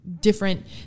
different